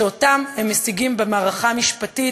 שאותם הם משיגים במערכה המשפטית,